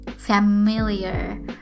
familiar